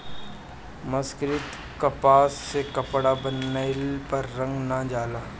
मर्सरीकृत कपास से कपड़ा बनइले पर रंग ना जाला